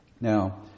Now